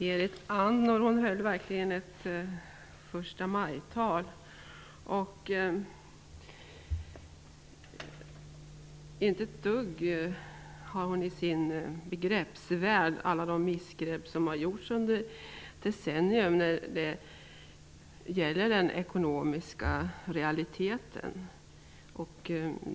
Fru talman! Berit Andnor höll verkligen ett förstamajtal. I hennes begreppsvärld finns ingenting av alla de missgrepp som har gjorts under decennier när det gäller ekonomiska realiteter.